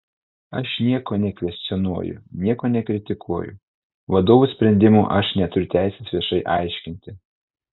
aš nieko nekvestionuoju nieko nekritikuoju vadovų sprendimo aš neturiu teisės viešai aiškinti